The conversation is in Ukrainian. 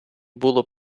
було